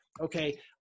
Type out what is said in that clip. Okay